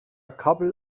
couple